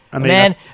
man